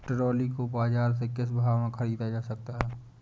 Trolley को बाजार से किस भाव में ख़रीदा जा सकता है?